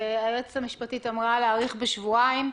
והיועצת המשפטית אמרה להאריך בשבועיים.